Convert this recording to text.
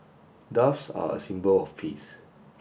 doves are a symbol of peace